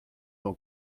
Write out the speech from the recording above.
m’en